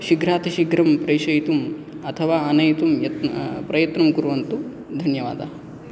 शीघ्रातिशीघ्रं प्रेषयितुम् अथवा आनयतुं यत्न प्रयत्नं कुर्वन्तु धन्यवादाः